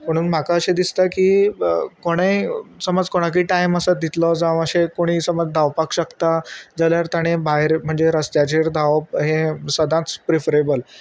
म्हणून म्हाका अशें दिसता की कोणय समज कोणाकय टायम आसा दितलो जावं अशें कोणीय समज धांवपाक शकता जाल्यार ताणें भायर म्हणजे रस्त्याचेर धांवप हें सदांच प्रिफरेबल